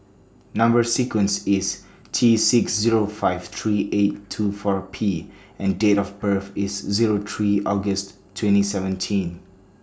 Number sequence IS T six Zero five three eight two four P and Date of birth IS Zero three August twenty seventeen